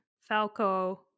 Falco